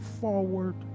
forward